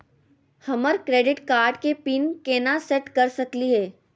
हमर credit card के PIN केना सेट कर सकली हे?